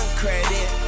credit